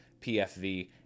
PFV